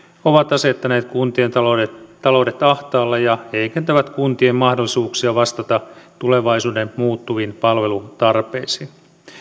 ovat asettaneet kuntien taloudet taloudet ahtaalle ja heikentävät kuntien mahdollisuuksia vastata tulevaisuuden muuttuviin palvelutarpeisiin